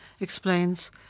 explains